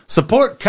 Support